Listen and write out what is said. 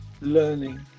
learning